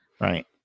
right